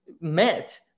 met